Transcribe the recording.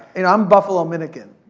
and i'm buffalo-minican,